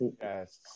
Yes